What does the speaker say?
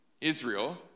Israel